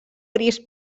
gris